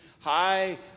high